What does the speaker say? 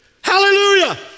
Hallelujah